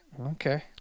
Okay